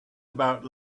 about